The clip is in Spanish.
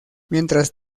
mientras